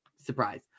Surprise